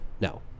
no